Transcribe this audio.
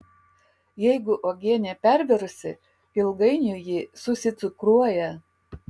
jeigu uogienė pervirusi ilgainiui ji susicukruoja